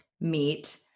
meet